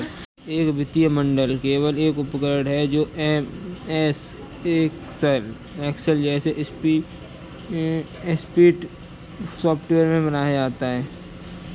एक वित्तीय मॉडल केवल एक उपकरण है जो एमएस एक्सेल जैसे स्प्रेडशीट सॉफ़्टवेयर में बनाया गया है